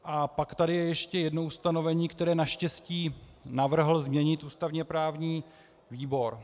A pak tady je ještě jedno ustanovení, které naštěstí navrhl změnit ústavněprávní výbor.